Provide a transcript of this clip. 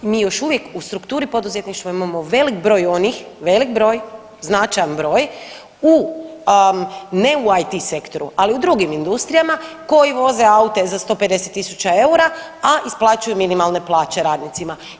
Mi još uvijek u strukturi poduzetništva imamo velik broj onih, velik broj, značajan broj u, ne u IT sektoru, ali u drugim industrijama koji voze aute za 150.000 eura, a isplaćuju minimalne plaće radnicima.